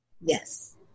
Yes